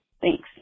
Thanks